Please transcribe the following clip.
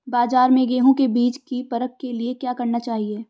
बाज़ार में गेहूँ के बीज की परख के लिए क्या करना चाहिए?